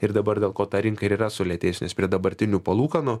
ir dabar dėl ko ta rinka ir yra sulėtėjusi nes prie dabartinių palūkanų